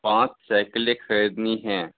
पाँच साइकिलें खरीदनी हैं